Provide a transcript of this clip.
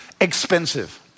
expensive